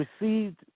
received